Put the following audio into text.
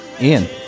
Ian